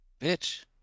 bitch